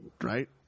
Right